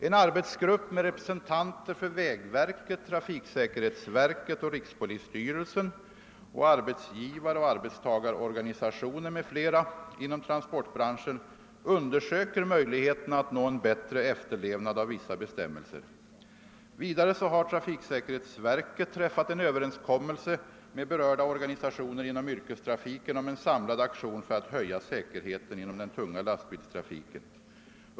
En arbetsgrupp med representanter för vägverket, trafiksäkerhetsverket och rikspolisstyrelsen, arbetsgivaroch arbetstagarorganisationer m.fl. inom transportbranschen undersöker möjligheterna att uppnå en bättre efterlevnad av vissa bestämmelser. Vidare har trafiksäkerhetsverket träffat överenskommelse med berörda organisationer inom yrkestrafiken om en samlad aktion för att höja säkerheten inom den tunga lastbilstrafiken.